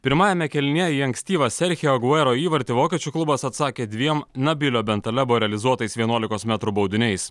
pirmajame kėlinyje į ankstyvą serchio guero įvartį vokiečių klubas atsakė dviem nabilio bentalebo realizuotais vienuolikos metrų baudiniais